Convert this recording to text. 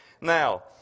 Now